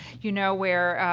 you know, where,